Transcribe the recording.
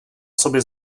sobě